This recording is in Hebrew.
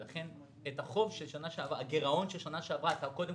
ולכן את הגירעון של שנה שעברה אתה קודם